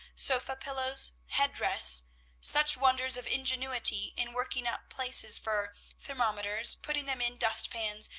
sofa-pillows, head-rests such wonders of ingenuity in working up places for thermometers, putting them in dust-pans,